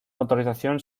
autorización